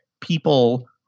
people